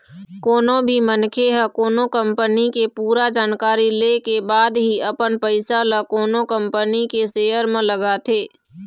कोनो भी मनखे ह कोनो कंपनी के पूरा जानकारी ले के बाद ही अपन पइसा ल कोनो कंपनी के सेयर म लगाथे